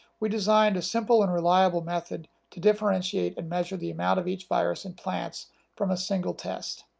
we designed a simple and reliable method to differentiate and measure the amount of each virus in plants from a single test.